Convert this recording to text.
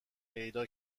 پیدا